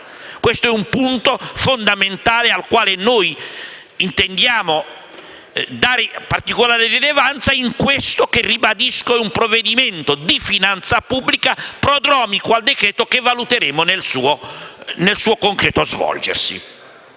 Questo è un punto fondamentale al quale noi intendiamo dare particolare rilevanza in questo che - ribadisco - è un provvedimento di finanza pubblica prodromico al decreto che valuteremo nel suo concreto svolgersi.